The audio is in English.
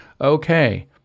Okay